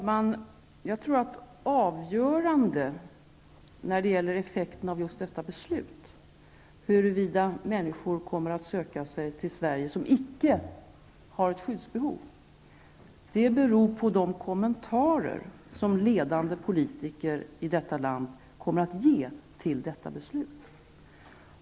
Herr talman! Avgörande för effekterna av just detta beslut -- huruvida människor som icke har ett skyddsbehov kommer att söka sig till Sverige -- tror jag blir de kommentarer som ledande politiker i detta land kommer att göra till detta beslut.